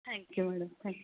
thank you madam thank you